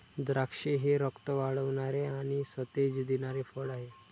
द्राक्षे हे रक्त वाढवणारे आणि सतेज देणारे फळ आहे